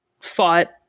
fought